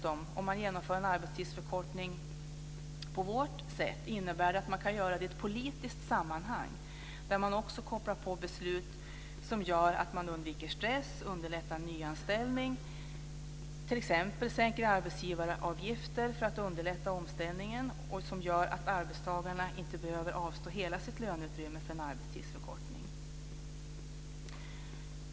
Om man genomför en arbetstidsförkortning på vårt sätt innebär det att man kan göra det i ett politiskt sammanhang där man också kopplar på beslut som gör att man undviker stress, underlättar nyanställning, sänker arbetsgivaravgifter för att underlätta omställningen och som gör att arbetstagarna inte behöver avstå från hela sitt löneutrymme vid en arbetstidsförkortning.